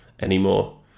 anymore